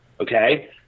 Okay